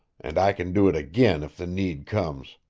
and i can do it again if the need comes.